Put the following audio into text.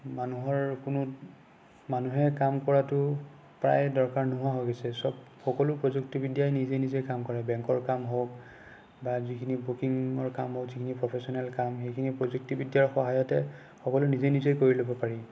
মানুহৰ কোনো মানুহে কাম কৰাটো প্ৰায় দৰকাৰ নোহোৱা হৈ গৈছে চব সকলো প্ৰযুক্তিবিদ্যাই নিজে নিজে কাম কৰে বেংকৰ কাম হওঁক বা যিখিনি বুকিঙৰ কাম হওঁক যিখিনি প্ৰফেচ'নেল কাম সেইখিনি প্ৰযুক্তিবিদ্যাৰ সহায়তে সকলো নিজে নিজে কৰি ল'ব পাৰি